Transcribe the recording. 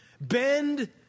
bend